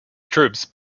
troops